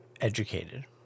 educated